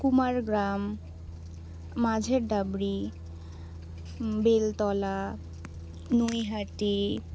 কুমারগ্রাম মাঝের ডাবরি বেলতলা নৈহাটি